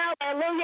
Hallelujah